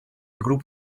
group